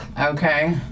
Okay